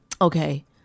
Okay